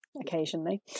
occasionally